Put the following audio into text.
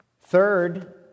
Third